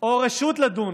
או רשות לדון,